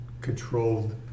controlled